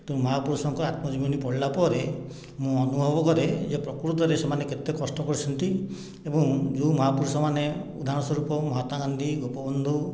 ତ ମହାପୁରୁଷଙ୍କ ଆତ୍ମଜୀବନୀ ପଢ଼ିଲା ପରେ ମୁଁ ଅନୁଭବ କରେ ଯେ ପ୍ରକୃତରେ ସେମାନେ କେତେ କଷ୍ଟ କରିଛନ୍ତି ଏବଂ ଯେଉଁ ମହାପୁରୁଷମାନେ ଉଦାହରଣ ସ୍ୱରୂପ ମହାତ୍ମାଗାନ୍ଧୀ ଗୋପବନ୍ଧୁ